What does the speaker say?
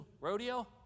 Rodeo